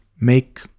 make